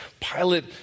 Pilate